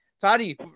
Toddy